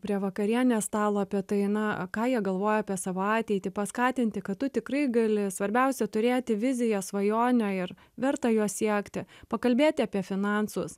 prie vakarienės stalo apie tai na ką jie galvoja apie savo ateitį paskatinti kad tu tikrai gali svarbiausia turėti viziją svajonę ir verta jos siekti pakalbėti apie finansus